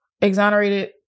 exonerated